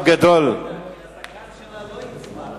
הזקן שלה לא יצמח.